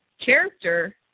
character